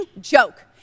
joke